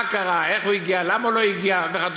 מה קרה, איך הוא הגיע, למה הוא לא הגיע וכדומה?